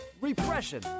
repression